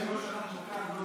הממשלה הזאת מנותקת.